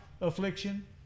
affliction